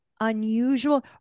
unusual